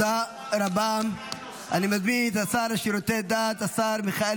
לא הסברת לנו למה סגן נוסף עושה אותה יותר חזקה,